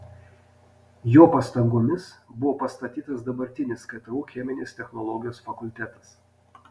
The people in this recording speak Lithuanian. jo pastangomis buvo pastatytas dabartinis ktu cheminės technologijos fakultetas